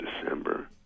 December